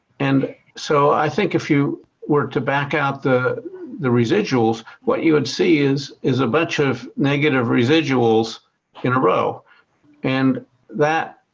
and so i think if you were to back out the the residuals, what you would see is is a bunch of negative residuals in a row and that